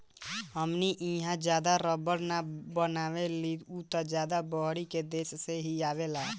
हमनी इहा ज्यादा रबड़ ना बनेला उ त ज्यादा बहरी के देश से ही आवेला